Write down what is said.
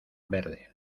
verde